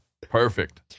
Perfect